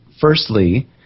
firstly